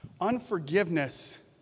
Unforgiveness